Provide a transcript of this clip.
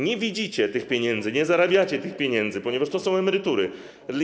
Nie widzicie tych pieniędzy, nie zarabiacie tych pieniędzy, ponieważ to są emerytury.